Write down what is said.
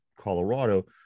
Colorado